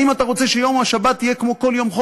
האם אתה רוצה שיום השבת יהיה כמו כל יום חול,